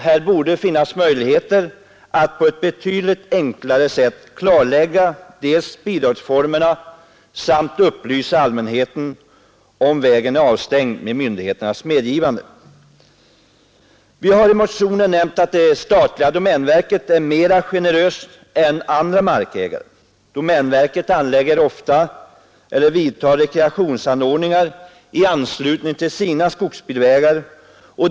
Det borde finnas möjligheter att på ett betydligt enklare sätt upplysa allmänheten om bidragsformerna och om huruvida vägen är avstängd med myndigheternas medgivande. Vi har i motionen sagt att det statliga domänverket är mera generöst än andra markägare. Domänverket anlägger ofta rekreationsanordningar i anslutning till sina skogsbilvägar.